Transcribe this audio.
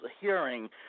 hearing